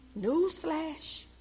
Newsflash